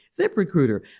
ZipRecruiter